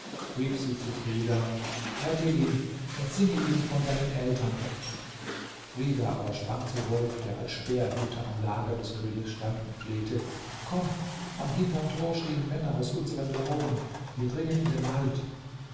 rief sie zu frida rette ihn und singe ihm von seinen eltern frida aber sprang zu wolf der als speerhüter am lager des königs stand und flehte komm am hintern tor stehen männer aus unseren lauben wir dringen in den wald